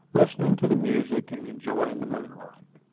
listening to the music, and enjoying the moonlight.